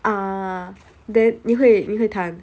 ah then 你会你会弹